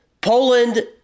Poland